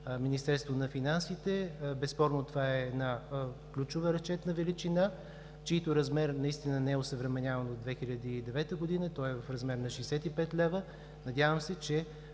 Министерството на финансите, безспорно това е една ключова разчетна величина, чийто размер наистина не е осъвременяван до 2009 г. Той е в размер на 65 лв. Надявам се, че